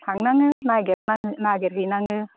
थांनाङो नागिरहैनाङो